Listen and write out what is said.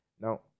Now